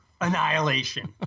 annihilation